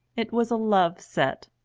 it was a love set.